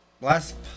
Last